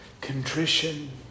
Contrition